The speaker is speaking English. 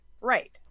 right